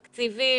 תקציבים,